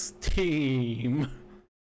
team